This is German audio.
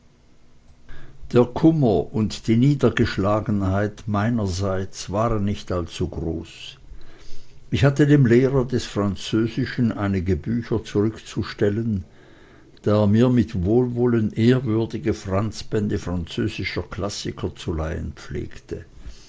der kummer und die niedergeschlagenheit meinerseits waren nicht allzu groß ich hatte dem lehrer des französischen einige bücher zurückzustellen da er mir mit wohlwollen ehrwürdige franzbände französischer klassiker zu leihen pflegte